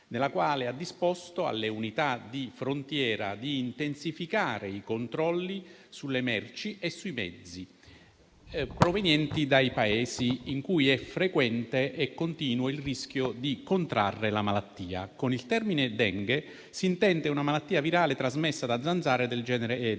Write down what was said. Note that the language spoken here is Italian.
nella quale ha disposto alle unità di frontiera di intensificare i controlli sulle merci e sui mezzi provenienti dai Paesi in cui è frequente e continuo il rischio di contrarre la malattia. Con il termine Dengue si intende una malattia virale trasmessa da zanzare del genere